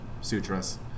sutras